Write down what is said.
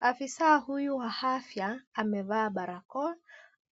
Afisa huyu wa afya, amevaa barakoa,